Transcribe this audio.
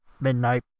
midnight